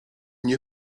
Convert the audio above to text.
nie